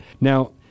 Now